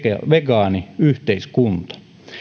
vegaani yhteiskunta